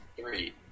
three